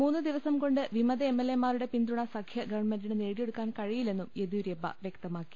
മൂന്ന് ദിവസം കൊണ്ട് പിമത് എം എൽ എമാരുടെ പിന്തുണ സഖ്യ ഗവൺമെന്റിന് നേടിയെടുക്കാൻ കഴി യില്ലെന്നും യെദ്യൂരപ്പ വ്യക്തമാക്കി